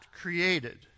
created